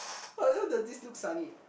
I look that this look sunny